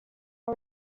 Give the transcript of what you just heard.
are